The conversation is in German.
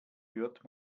hört